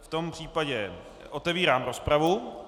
V tom případě otevírám rozpravu.